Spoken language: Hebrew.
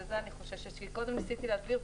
לכן אני חוששת ש --- קודם ניסיתי להסביר,